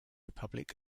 republic